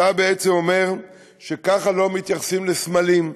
אתה בעצם אומר שככה לא מתייחסים לסמלים,